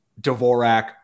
Dvorak